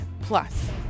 Plus